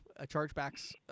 chargebacks